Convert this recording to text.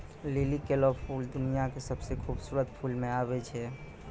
लिली केरो फूल दुनिया क सबसें खूबसूरत फूल म आबै छै